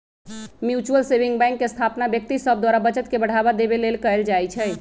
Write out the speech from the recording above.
mutual saving bank के स्थापना व्यक्ति सभ द्वारा बचत के बढ़ावा देबे लेल कयल जाइ छइ